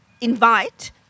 invite